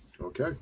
Okay